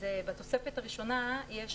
בתוספת הראשונה יש